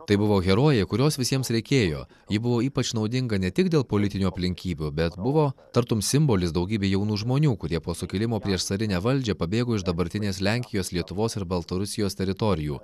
tai buvo herojė kurios visiems reikėjo ji buvo ypač naudinga ne tik dėl politinių aplinkybių bet buvo tartum simbolis daugybei jaunų žmonių kurie po sukilimo prieš carinę valdžią pabėgo iš dabartinės lenkijos lietuvos ir baltarusijos teritorijų